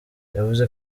yavuze